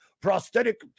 prosthetic